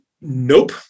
nope